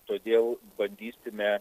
todėl bandysime